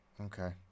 Okay